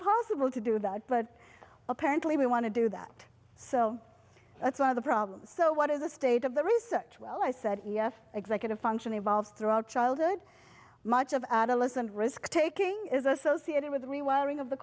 possible to do that but apparently we want to do that so that's one of the problems so what is the state of the research well i said executive function involves throughout childhood much of adolescent risk taking is associated with rewiring of the